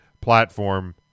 platform